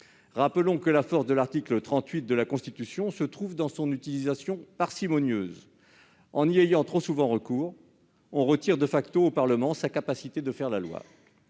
Rappelons que la force de l'article 38 de la Constitution se trouve dans son utilisation parcimonieuse. En y ayant trop souvent recours, on retire au Parlement sa capacité de faire la loi.